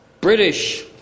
British